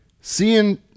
Seeing